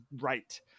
Right